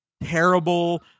terrible